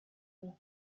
who